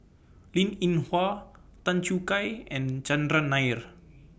Linn in Hua Tan Choo Kai and Chandran Nair